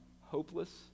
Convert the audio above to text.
hopeless